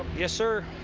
yes, sir.